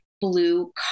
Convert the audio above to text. blue